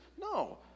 No